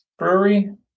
Brewery